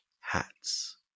hats